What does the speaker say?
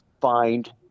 find